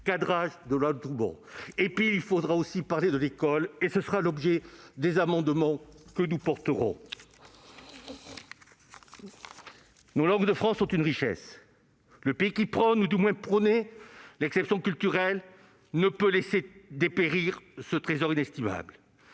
cadrage de la loi Toubon. Il faudra aussi parler de l'école, et ce sera l'objet des amendements que nous défendrons. Nos langues de France sont une richesse. Le pays qui prône, ou du moins prônait, l'exception culturelle ne peut laisser dépérir ce trésor inestimable.